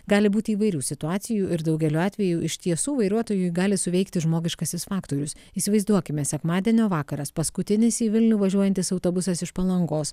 gali būti įvairių situacijų ir daugeliu atvejų iš tiesų vairuotojui gali suveikti žmogiškasis faktorius įsivaizduokime sekmadienio vakaras paskutinis į vilnių važiuojantis autobusas iš palangos